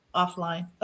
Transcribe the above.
offline